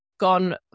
gone